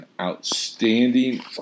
outstanding